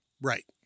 right